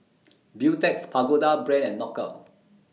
Beautex Pagoda Brand and Knockout